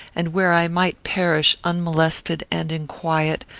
and where i might perish unmolested and in quiet,